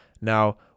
Now